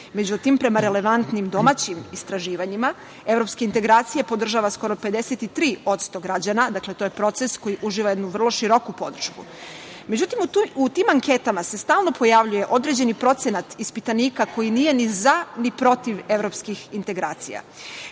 Međutim, prema relevantnim domaćim istraživanjima, evropske integracije podržava skoro 53% građana. Dakle, to je procesu uživa jednu vrlo široku podršku.Međutim, u tim anketama se stalno pojavljuje određeni procenat ispitanika koji nije ni za, ni protiv evropskih integracija.